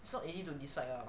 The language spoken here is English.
so easy to decide ah